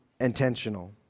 intentional